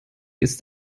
ist